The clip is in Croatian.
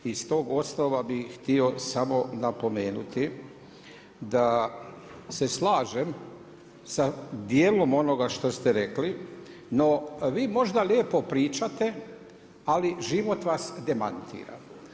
I sa tog osnova bih htio samo napomenuti da se slažem sa dijelom onoga što ste rekli, no vi možda lijepo pričate ali život vas demantira.